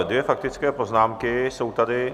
Dvě faktické poznámky jsou tady.